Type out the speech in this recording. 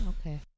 Okay